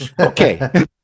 Okay